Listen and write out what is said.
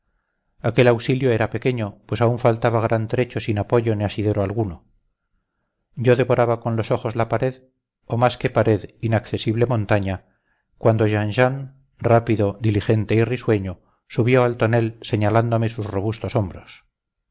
ventana aquel auxilio era pequeño pues aún faltaba gran trecho sin apoyo ni asidero alguno yo devoraba con los ojos la pared o más que pared inaccesible montaña cuando jean jean rápido diligente y risueño subió al tonel señalándome sus robustos hombros